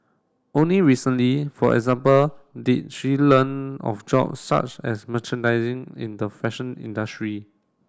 only recently for example did she learn of job such as merchandising in the fashion industry